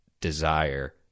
desire